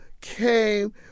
came